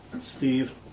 Steve